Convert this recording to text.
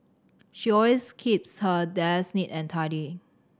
she always keeps her desk neat and tidy